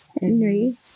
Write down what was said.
Henry